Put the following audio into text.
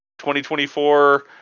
2024